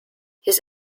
his